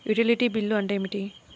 Utility bill అంటే ఏమిటి?